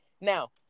Now